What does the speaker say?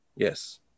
Yes